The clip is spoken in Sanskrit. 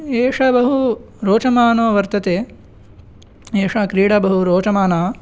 एषः बहु रोचमानो वर्तते एषा क्रीडा बहु रोचमाना